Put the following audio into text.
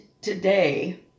today